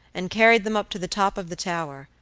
and carried them up to the top of the tower,